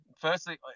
Firstly